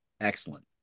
Excellent